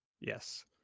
Yes